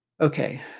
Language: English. Okay